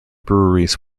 breweries